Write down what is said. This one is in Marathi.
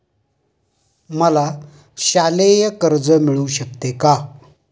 मला शालेय कर्ज मिळू शकते का?